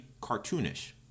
cartoonish